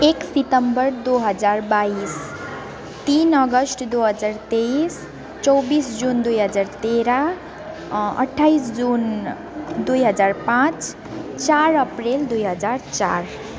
एक सेप्टेम्बर दुई हजार बाइस तिन अगस्ट दुई हजार तेइस चौबिस जुन दुई हजार तेह्र अट्ठाइस जुन दुई हजार पाँच चार एप्रिल दुई हजार चार